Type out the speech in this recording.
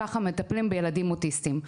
ככה מטפלים בילדים אוטיסטים.